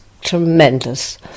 tremendous